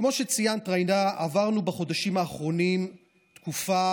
כמו שציינת, ג'ידא, עברנו בחודשים האחרונים תקופה